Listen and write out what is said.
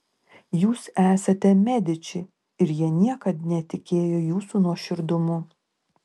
jūs esate mediči ir jie niekad netikėjo jūsų nuoširdumu